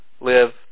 live